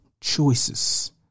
choices